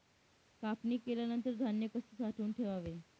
कापणी केल्यानंतर धान्य कसे साठवून ठेवावे?